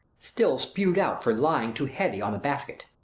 still spew'd out for lying too heavy on the basket.